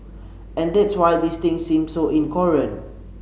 and that's why this things seem so incoherent